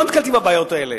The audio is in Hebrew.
ולא נתקלתי בבעיות האלה.